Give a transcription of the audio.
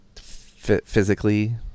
Physically